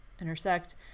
intersect